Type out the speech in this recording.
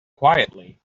quietly